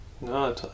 No